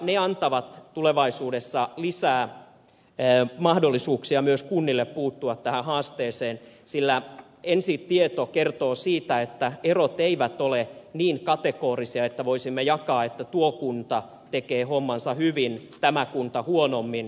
ne antavat tulevaisuudessa lisää mahdollisuuksia myös kunnille puuttua tähän haasteeseen sillä ensi tieto kertoo siitä että erot eivät ole niin kategorisia että voisimme jakaa että tuo kunta tekee hommansa hyvin tämä kunta huonommin